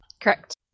Correct